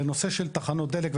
לנושא של תחנות דלק,